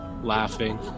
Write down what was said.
laughing